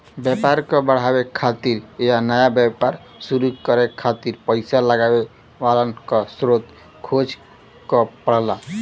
व्यापार क बढ़ावे खातिर या नया व्यापार शुरू करे खातिर पइसा लगावे वालन क स्रोत खोजे क पड़ला